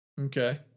Okay